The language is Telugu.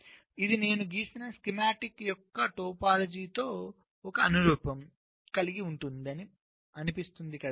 ఇది నేను గీసిన స్కీమాటిక్ యొక్క టోపోలాజీతో ఒక అనురూప్యం ఇది కలిగి ఉంటుందని కనిపిస్తుంది కదా